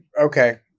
okay